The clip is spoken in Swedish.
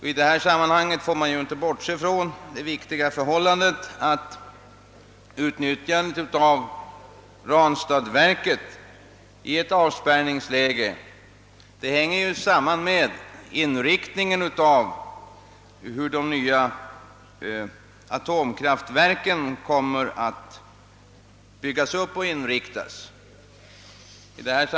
I detta sammanhang får man inte bortse från det viktiga förhållandet att utnyttjandet av Ranstadsverket i ett avspärrningsläge hänger samman med frågan hur de nya atomkraftverken kommer att byggas upp och inriktas.